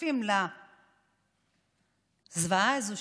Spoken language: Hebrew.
שנחשפים לזוועה הזאת,